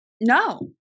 No